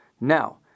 Now